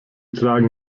tragen